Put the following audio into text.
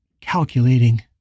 calculating